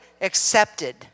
accepted